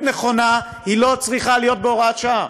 נכונה; היא לא צריכה להיות בהוראת שעה,